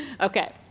Okay